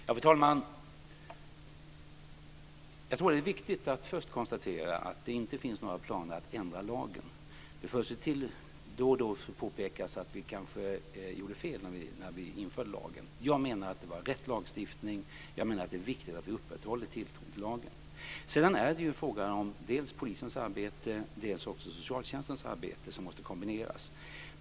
Fru talman! Jag tror att det är viktigt att först konstatera att det inte finns några planer på att ändra lagen. Det påpekas då och då att vi kanske gjorde fel när vi införde lagen. Jag menar att det var en riktig lagstiftning, och jag menar att det är viktigt att vi upprätthåller tilltron till lagen. Det är frågan om dels polisens, dels socialtjänstens arbete, som måste kombineras.